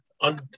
on